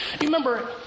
Remember